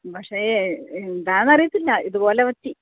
പക്ഷേ എന്താന്നറിയത്തില്ല ഇതുപോലെ പറ്റി